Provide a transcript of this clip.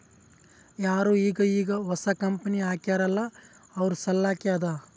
ಯಾರು ಈಗ್ ಈಗ್ ಹೊಸಾ ಕಂಪನಿ ಹಾಕ್ಯಾರ್ ಅಲ್ಲಾ ಅವ್ರ ಸಲ್ಲಾಕೆ ಅದಾ